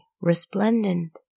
resplendent